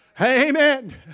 Amen